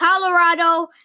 Colorado